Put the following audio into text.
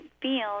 feel